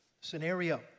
scenario